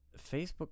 Facebook